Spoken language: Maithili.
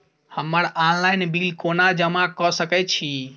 हम्मर ऑनलाइन बिल कोना जमा कऽ सकय छी?